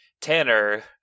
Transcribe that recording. Tanner